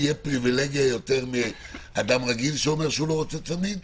להם תהיה פריבילגיה יותר מאדם רגיל שאומר שהוא לא רוצה צמיד?